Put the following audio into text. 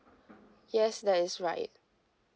yes that is right